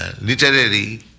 literary